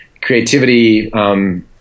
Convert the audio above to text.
creativity